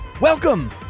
Welcome